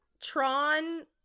Tron